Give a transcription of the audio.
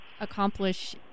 accomplish